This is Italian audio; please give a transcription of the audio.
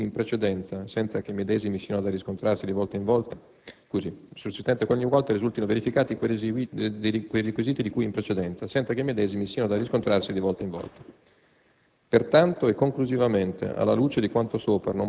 sussistente ogniqualvolta risultino verificati quei requisiti di cui in precedenza, senza che i medesimi siano da riscontrarsi di volta in volta.